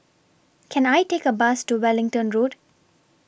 Can I Take A Bus to Wellington Road